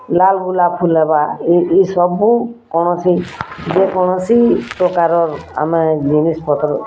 ଲାଲ୍ ଗୁଲାପ୍ ଫୁଲ୍ ହେବା ଇ ଇ ସବୁ କୌଣସି ଯେ କୌଣସି ପ୍ରକାରର୍ ଆମେ ଜିନିଷ ପତର୍